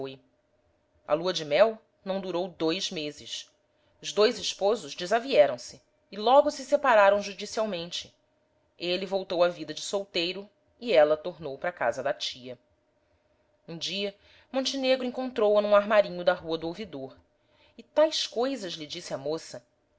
a lua-de-mel não durou dois meses os dois esposos desavieram se e logo se separaram judicialmente ele voltou à vida de solteiro e ela tornou para casa da tia um dia montenegro encontrou-a num armarinho da rua do ouvidor e tais coisas lhe disse a moça